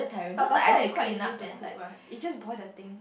but pasta is quite easy to cook right it's just boil the thing